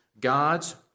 God's